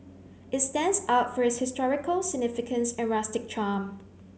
it stands out for its historical significance and rustic charm